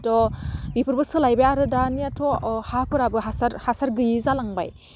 थ बिफोरबो सोलायबाय आरो दानियाथ' हाफोराबो हासार हासार गैयै जालांबाय